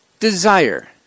Desire